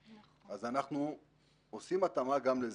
אז אנחנו עושים התאמה גם לזה.